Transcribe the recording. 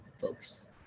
folks